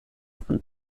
von